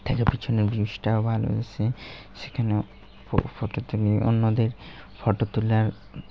থ পিছনেনের ভালো আসে সেখানে ফটো তুলি অন্যদের ফটো তোলার